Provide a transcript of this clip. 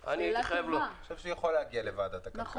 אני חושב שהוא יכול להגיע לוועדת הכלכלה.